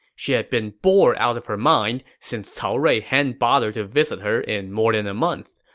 she had been bored out of her mind, since cao rui hadn't bothered to visit her in more than a month.